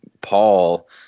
Paul